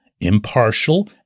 impartial